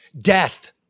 death